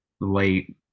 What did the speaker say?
late –